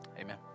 amen